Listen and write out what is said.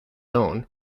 own